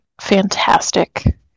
fantastic